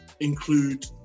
include